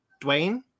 Dwayne